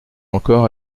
encore